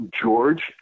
George